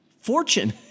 fortune